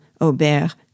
Aubert